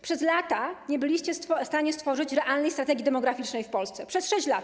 Przez lata nie byliście w stanie stworzyć realnej strategii demograficznej w Polsce, przez 6 lat.